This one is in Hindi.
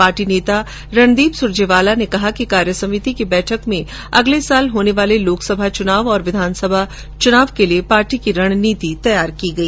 पार्टी नेता रणदीप सुरजेवाला ने कहा कि कार्यसमितिकी बैठक में अगले वर्ष होने वाले लोकसभा चुनाव और विधानसभा चुनावों के लिए पार्टी कीरणनीति भी तैयार की गई